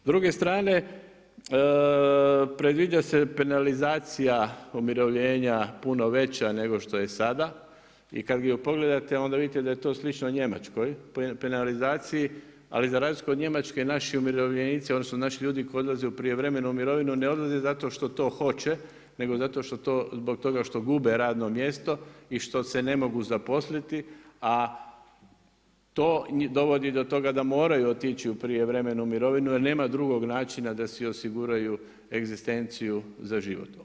S druge strane predviđa se penalizacija umirovljena puno veća nego što je sada i kada ju pogledate onda vidite da je to slično njemačkoj penalizaciji, ali za razliku od Njemačke naši umirovljenici odnosno naši ljudi koji odlaze u prijevremenu mirovinu ne odlaze zato što to hoće nego zato zbog toga što gube radno mjesto i što se ne mogu zaposliti, a to dovodi do toga da moraju otići u prijevremenu mirovinu jel nema drugog načina da si osiguraju egzistenciju za život.